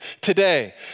today